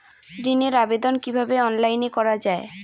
ঋনের আবেদন কিভাবে অনলাইনে করা যায়?